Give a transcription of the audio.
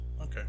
Okay